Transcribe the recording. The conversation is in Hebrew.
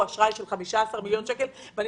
אשראי של 15 מיליון שקל בלי ביטחונות?